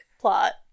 plot